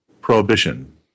prohibition